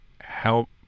help